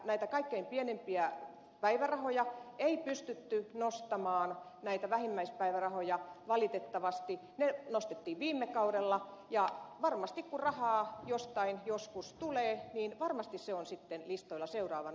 näitä kaikkein pienimpiä päivärahoja ei pystytty nostamaan näitä vähimmäispäivärahoja valitettavasti ne nostettiin viime kaudella ja varmasti kun rahaa jostain joskus tulee se on sitten listoilla seuraavana